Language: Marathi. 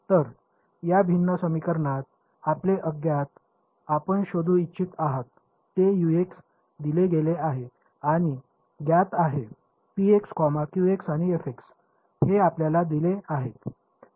तर या भिन्न समीकरणात आपले अज्ञात आपण शोधू इच्छित आहात ते दिले गेले आहेत आणि ज्ञात आहेत आणि हे आपल्याला दिले आहेत